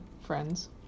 friends